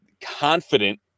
confident